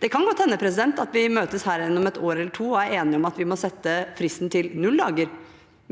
Det kan godt hende at vi møtes her igjen om et år eller to og er enige om at vi må sette fristen til null dager.